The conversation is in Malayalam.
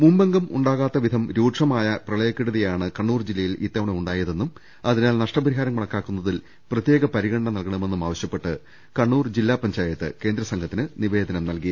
മുമ്പെങ്ങും ഉണ്ടാകാത്തവിധം രൂക്ഷമായ പ്രളയക്കെടുതിയാണ് ക ണ്ണൂർ ജില്ലയിൽ ഇത്തവണ ഉണ്ടായതെന്നും അതിനാൽ നഷ്ടപരി ഹാരം കണക്കാക്കുന്നതിൽ പ്രത്യേക പരിഗണന നൽകണമെന്നും ആവശ്യപ്പെട്ട് കണ്ണൂർ ജില്ലാ പഞ്ചായത്ത് കേന്ദ്ര സംഘത്തിന് നി വേദനം നൽകി